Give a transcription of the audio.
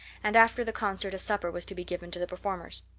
and after the concert a supper was to be given to the performers.